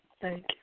Thank